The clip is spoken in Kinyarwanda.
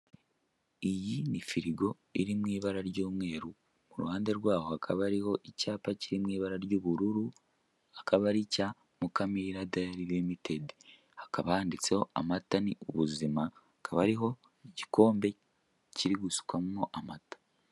Iyi ni firigo iri mu ibara ry'umweru, ku ruhande rwaho hakaba hariho icyapa kiri mu ibara ry'ubururu, akaba ari icya Mukamira dayari limitedi, hakaba handitseho amata ni ubuzima hakaba hariho igikombe kiri gusukwamo amata.